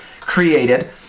created